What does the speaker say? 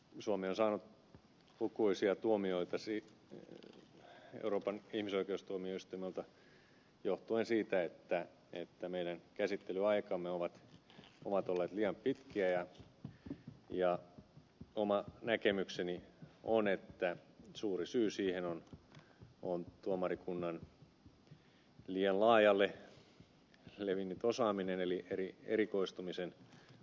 suomi on saanut lukuisia tuomioita euroopan ihmisoikeustuomioistuimelta johtuen siitä että meidän käsittelyaikamme ovat olleet liian pitkiä ja oma näkemykseni on että suuri syy siihen on tuomarikunnan liian laajalle levinnyt osaaminen eli erikoistumisen puute